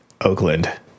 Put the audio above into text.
Oakland